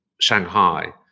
Shanghai